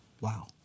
Wow